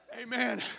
Amen